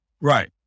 Right